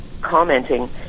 commenting